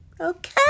Okay